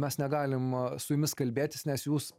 mes negalim su jumis kalbėtis nes jūs